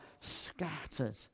scattered